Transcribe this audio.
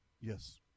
yes